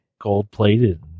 gold-plated